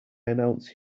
announce